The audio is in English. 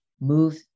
move